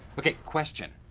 okay, question.